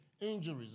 injuries